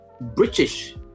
British